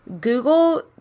Google